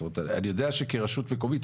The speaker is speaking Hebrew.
זאת אומרת אני יודע שכרשות מקומית,